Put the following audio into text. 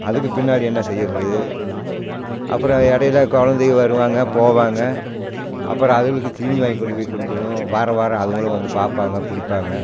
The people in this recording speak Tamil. அதுக்கு பின்னாடி என்ன செய்கிறது அப்பறம் இடையில குழந்தைங்க வருவாங்க போவாங்க அப்பறம் அதுகளுக்கு தீனி வாங்கி கொண்டு போய் குடுக்கணும் வாரம் வாரம் அதுங்களும் வந்து பார்ப்பாங்க பிடிப்பாங்க